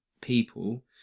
people